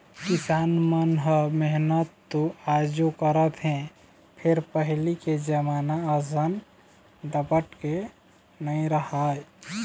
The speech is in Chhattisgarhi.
किसान मन ह मेहनत तो आजो करत हे फेर पहिली के जमाना असन डपटके नइ राहय